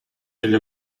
degli